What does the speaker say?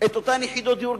את אותן יחידות דיור,